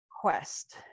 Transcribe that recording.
quest